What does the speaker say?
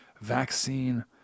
vaccine